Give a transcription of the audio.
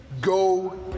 Go